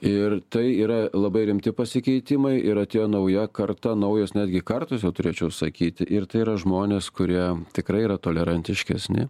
ir tai yra labai rimti pasikeitimai ir atėjo nauja karta naujos netgi kartos jau turėčiau sakyti ir tai yra žmonės kurie tikrai yra tolerantiškesni